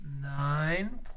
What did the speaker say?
Nine